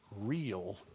real